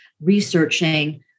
researching